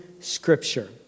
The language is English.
Scripture